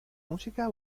música